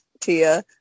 Tia